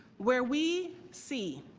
where we see